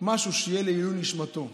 שיהיה משהו לעילוי נשמתו.